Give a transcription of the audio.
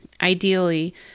Ideally